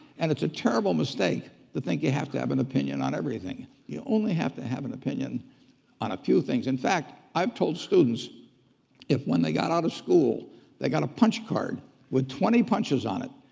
and it's a terrible mistake to think you have to have an opinion on everything. you only have to have an opinion on a few things. in fact, i've told students if when they got out of school they got a punch card with twenty punches on it,